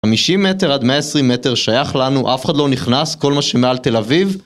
50 מטר עד 120 מטר שייך לנו, אף אחד לא נכנס, כל מה שמעל תל אביב.